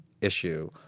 issue